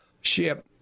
ship